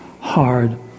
hard